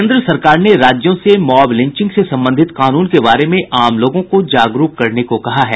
केन्द्र सरकार ने राज्यों से मॉब लिंचिंग से संबंधित कानून के बारे में आम लोगों को जागरूक करने को कहा है